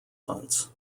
hunts